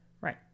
Right